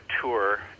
tour